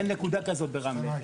אין נקודה כזאת ברמלה.